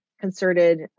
concerted